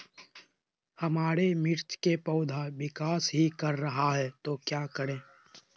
हमारे मिर्च कि पौधा विकास ही कर रहा है तो क्या करे?